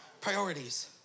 priorities